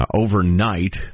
Overnight